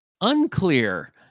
Unclear